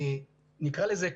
נקרא לזה,